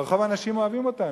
ברחוב אנשים אוהבים אותנו.